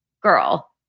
girl